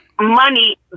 money